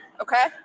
Okay